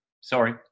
Sorry